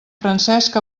francesc